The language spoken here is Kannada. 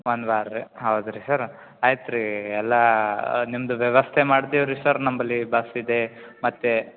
ಒಂದು ವಾರ ರೀ ಹೌದ ರಿ ಸರ ಆಯ್ತು ರೀ ಎಲ್ಲ ನಿಮ್ದು ವ್ಯವಸ್ಥೆ ಮಾಡ್ತೀವಿ ರೀ ಸರ್ ನಮ್ಮಲ್ಲಿ ಬಸ್ ಇದೆ ಮತ್ತು